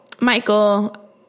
Michael